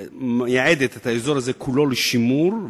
שמייעדת את האזור הזה כולו לשימור,